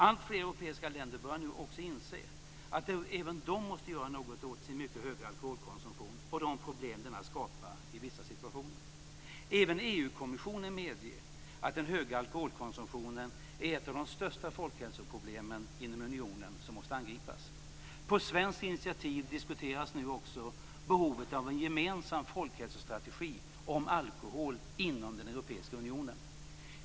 Alltfler europeiska länder börjar nu också inse att även de måste göra något åt sin mycket höga alkoholkonsumtion och de problem denna skapar i vissa situationer. Även EU-kommissionen medger att den höga alkoholkonsumtionen är ett av de största folkhälsoproblemen inom unionen som måste angripas. På svenskt initiativ diskuteras nu också behovet av en gemensam folkhälsostrategi om alkohol inom den europeiska unionen.